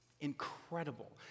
incredible